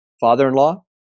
father-in-law